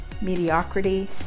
mediocrity